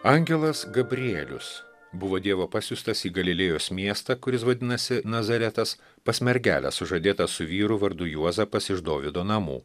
angelas gabrielius buvo dievo pasiųstas į galilėjos miestą kuris vadinasi nazaretas pas mergelę sužadėtą su vyru vardu juozapas iš dovydo namų